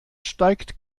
steigt